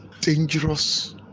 dangerous